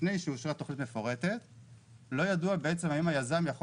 לפני שאושרה תוכנית מפורטת לא ידוע בעצם האם היזם יכול